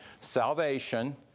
salvation